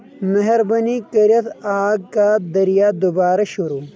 مہربٲنی کٔرِتھ آگ کا دٔریا دُبارٕ شروٗع